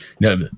No